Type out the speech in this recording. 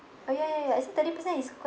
oh ya ya ya as in thirty percent is quite